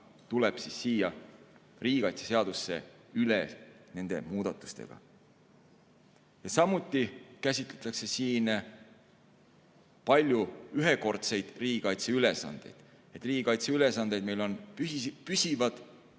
tuleb siia riigikaitseseadusesse üle nende muudatustega. Samuti käsitletakse siin palju ühekordseid riigikaitseülesandeid. Riigikaitseülesanded on meil püsivad